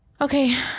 Okay